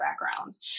backgrounds